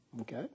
Okay